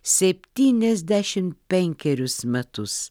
septyniasdešim penkerius metus